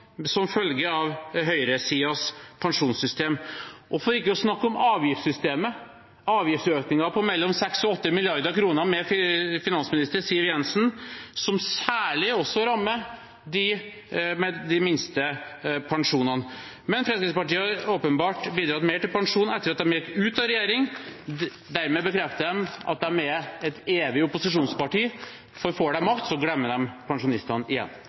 som følge av høyresidens pensjonssystem. For ikke å snakke om avgiftssystemet – det ble avgiftsøkninger på mellom 6 og 8 mrd. kr med finansminister Siv Jensen, som særlig rammer dem med de minste pensjonene. Men Fremskrittspartiet har åpenbart bidratt mer til pensjon etter at de gikk ut av regjering. Dermed bekrefter de at de er et evig opposisjonsparti, for får de makt, glemmer de pensjonistene igjen.